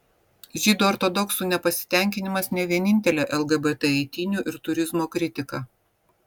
žydų ortodoksų nepasitenkinimas ne vienintelė lgbt eitynių ir turizmo kritika